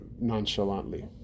nonchalantly